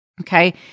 okay